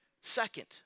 Second